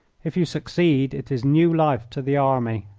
if you succeed it is new life to the army.